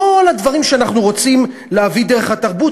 כל הדברים שאנחנו רוצים להביא דרך התרבות,